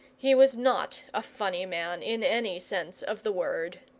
he was not a funny man, in any sense of the word.